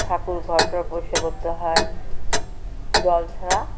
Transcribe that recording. ঠাকুর ঘর টর পরিষ্কার করতে হয় জল ছাড়া